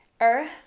earth